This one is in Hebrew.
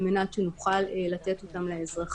על מנת שנוכל לתת אותם לאזרחים.